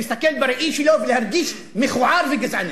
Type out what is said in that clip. להסתכל בראי שלו ולהרגיש מכוער וגזעני.